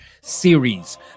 series